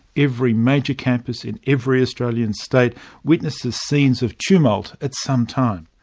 every major campus in every australian state witnesses scenes of tumult at some time.